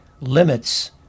limits